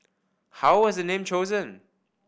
how was the name chosen